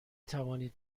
توانید